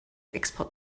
export